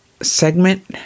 segment